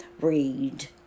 read